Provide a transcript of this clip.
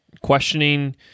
questioning